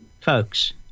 Folks